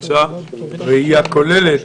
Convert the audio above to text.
צריך לומר לזכותו.